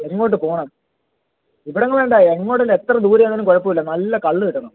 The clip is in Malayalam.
എങ്ങോട്ട് പോകണം ഇവിടെങ്ങും വേണ്ട എങ്ങോട്ടേലും എത്ര ദൂരയാണേലും കുഴപ്പമില്ല നല്ല കള്ള് കിട്ടണം